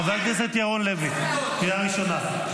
חבר הכנסת ירון לוי, קריאה ראשונה.